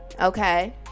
Okay